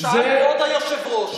שאל כבוד היושב-ראש,